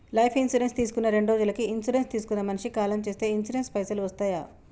Life insurance తీసుకున్న రెండ్రోజులకి insurance తీసుకున్న మనిషి కాలం చేస్తే ఇన్సూరెన్స్ పైసల్ వస్తయా?